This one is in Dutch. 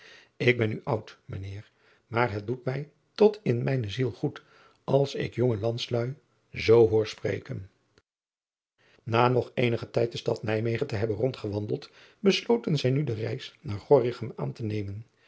k ben nu oud mijn eer maar het doet mij tot in mijne ziel goed als ik jonge landslui zoo hoor spreken a nog eenigen tijd de stad ijmegen te hebben rondgewandeld besloten zij nu de reis naar ornichem aan te nemen